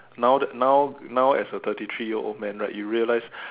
now that now now as a thirty three year old man right you realize